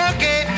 Okay